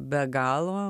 be galo